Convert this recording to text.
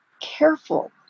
careful